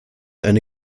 eine